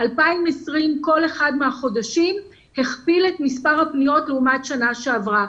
ב-2020 כל אחד מהחודשים הכפיל את מספר הפניות לעומת שנה שעברה.